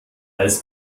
als